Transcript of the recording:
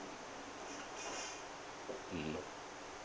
mmhmm